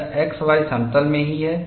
यह x y समतल में ही है